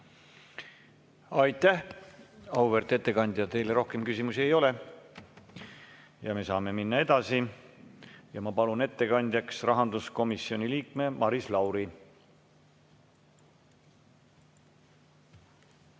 Aitäh, auväärt ettekandja! Teile rohkem küsimusi ei ole ja me saame edasi minna. Ma palun ettekandjaks rahanduskomisjoni liikme Maris Lauri.